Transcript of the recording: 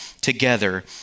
together